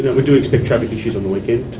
we do expect traffic issues on the weekend,